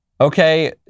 Okay